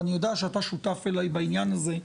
ואני יודע שאתה שותף אליי בעניין הזה,